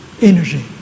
energy